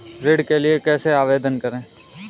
ऋण के लिए कैसे आवेदन करें?